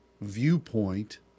viewpoint